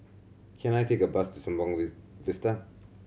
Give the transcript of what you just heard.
can I take a bus to Sembawang Vista